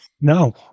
No